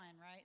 right